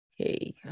Okay